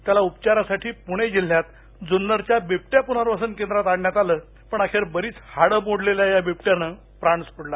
त्याला उपचारासाठी प्णे जिल्ह्यात ज्न्नरच्या बिबट्या प्नर्वसन केंद्रात आणण्यात आलं पण अखेर बरीच हाडं मोडलेल्या बिबट्यानं प्राण सोडला